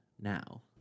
now